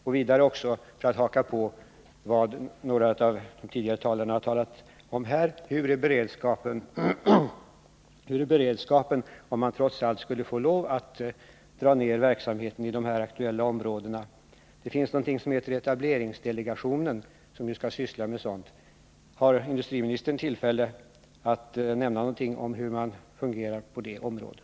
Och för att haka på vad några av de tidigare talarna har sagt vill jag vidare fråga: Hurdan är beredskapen om man trots allt skulle få lov att dra ner verksamheten i de här aktuella områdena? Det finns någonting som heter etableringsdelegationen, och den skall syssla med sådant här. Har industriministern tillfälle att säga något om hur det fungerar på det området?